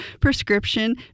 prescription